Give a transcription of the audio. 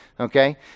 Okay